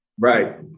Right